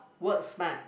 work smart